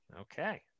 Okay